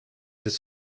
des